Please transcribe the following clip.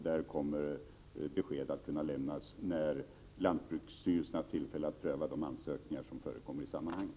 Där kommer besked att kunna lämnas när lantbruksstyrelsen haft tillfälle att pröva de ansökningar som föreligger i sammanhanget.